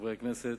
חברי הכנסת,